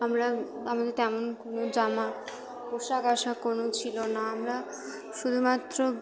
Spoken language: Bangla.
আমরা আমাদের তেমন কোনো জামা পোশাক আশাক কোনো ছিলো না আমরা শুধুমাত্র